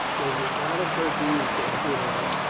does it not occur to you, said goodhart,